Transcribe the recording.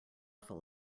full